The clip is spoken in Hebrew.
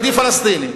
יהודי פלסטיני.